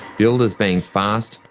billed as being fast,